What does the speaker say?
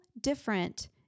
different